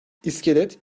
i̇skelet